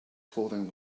clothing